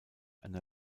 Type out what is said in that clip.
einer